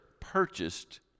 purchased